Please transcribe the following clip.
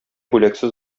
бүләксез